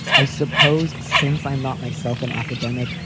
i suppose since i'm not myself an academic,